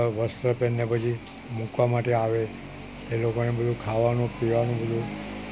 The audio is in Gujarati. વસ્ત્ર પહેરીને પછી મૂકવા માટે આવે તે લોકોને બધું ખાવાનું પીવાનું બધું